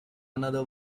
another